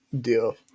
Deal